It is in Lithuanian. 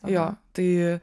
jo tai